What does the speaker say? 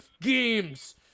Games